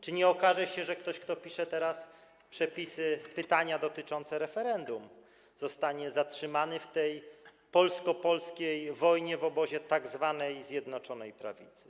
Czy nie okaże się, że ktoś, kto teraz pisze przepisy, pytania dotyczące referendum, zostanie zatrzymany w tej polsko-polskiej wojnie w obozie tzw. zjednoczonej prawicy.